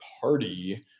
party